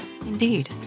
Indeed